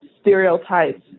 stereotypes